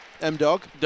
M-Dog